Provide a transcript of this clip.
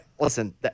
Listen